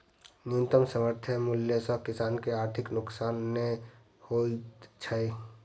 न्यूनतम समर्थन मूल्य सॅ किसान के आर्थिक नोकसान नै होइत छै